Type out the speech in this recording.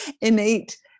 innate